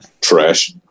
Trash